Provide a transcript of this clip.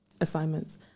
assignments